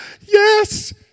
yes